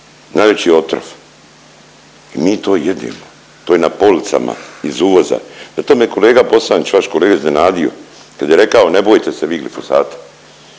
najveći otrov i mi to jedemo, to je na policama iz uvoza. Zato me je kolega Bosančić, vaš kolega iznenadio kad je rekao ne bojte se vi glifosata.